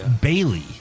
Bailey